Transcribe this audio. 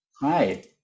hi